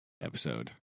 episode